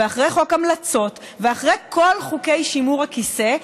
ואחרי חוק ההמלצות ואחרי כל חוקי שימור הכיסא,